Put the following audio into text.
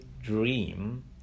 dream